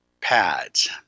pads